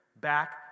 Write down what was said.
back